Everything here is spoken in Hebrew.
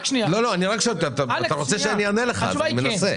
אתה רוצה שאני אענה לך אז אני מנסה.